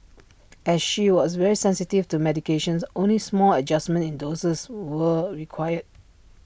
as she was very sensitive to medications only small adjustments in doses were required